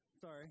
Sorry